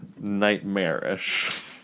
nightmarish